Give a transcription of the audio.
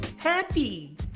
Happy